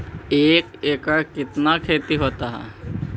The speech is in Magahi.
एक एकड़ कितना खेति होता है?